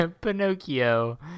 Pinocchio